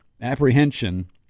apprehension